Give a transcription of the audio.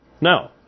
No